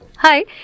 Hi